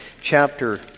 chapter